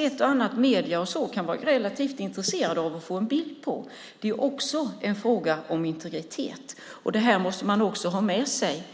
ett och annat medium kan vara relativt intresserat av att få en bild på. Det är också en fråga om integritet, och det här måste man också ha med sig.